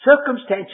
circumstances